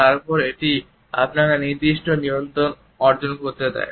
তার উপর এটি আপনাকে নির্দিষ্ট নিয়ন্ত্রণ অর্জন করতে দেয়